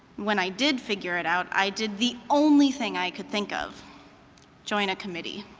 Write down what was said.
when i did figure it out, i did the only thing i could think of join a committee.